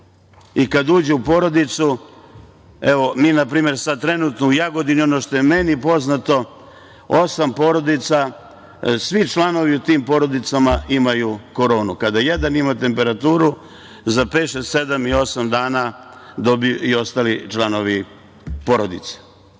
i kada uđe u porodicu. Mi npr. sada trenutno u Jagodini, ono što je meni poznato osam porodica, svi članovi u tim porodicama imaju koronu. Kada jedan ima temperaturu, za pet, šest, sedam i osam dana dobiju i ostali članovi porodice,